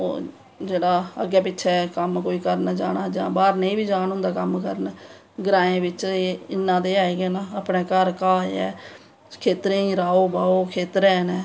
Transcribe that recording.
जेह्ड़े अग्गैं पिच्चें कोई कम्म करन जानां जां बाह्र नेंईआ बी जीन होंदा कम्म करन ग्राएं बिच्च इन्ना ते है गै ना अपनें घर घाह् ऐ खेत्तरें गी राहो बाहो खेत्तर हैन नै